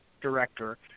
director